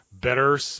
better